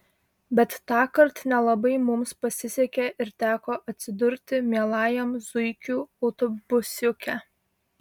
bet tąkart nelabai mums pasisekė ir teko atsidurti mielajam zuikių autobusiuke